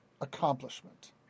accomplishment